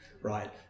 right